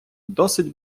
досить